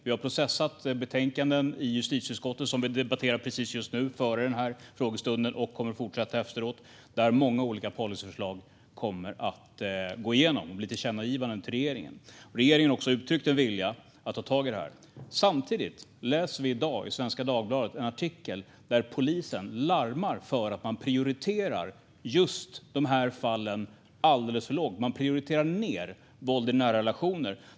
Vi har processat betänkanden i justitieutskottet som vi precis debatterade, före den här frågestunden, och kommer att fortsätta debattera efteråt, där många olika policyförslag kommer att gå igenom och bli tillkännagivanden till regeringen. Regeringen har också uttryckt en vilja att ta tag i det här. Samtidigt läser vi i dag i Svenska Dagbladet en artikel där polisen larmar om att man prioriterar just de här fallen alldeles för lågt. Man prioriterar ned våld i nära relationer.